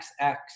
XX